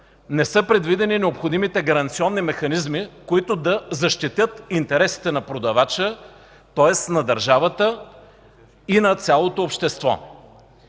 не са предвидени необходимите гаранционни механизми, които да защитят интересите на продавача, тоест на държавата и на цялото общество.